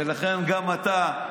ולכן גם אתה,